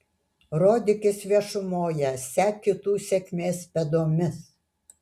rodykis viešumoje sek kitų sėkmės pėdomis